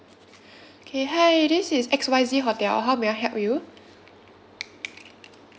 okay hi this is X Y Z hotel how may I help you